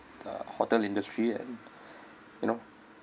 the hotel industry and you know